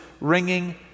ringing